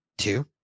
Two